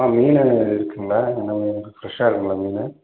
ஆ மீன் இருக்குங்களா என்ன ஃப்ரெஷ்ஷாக இருங்களா மீன்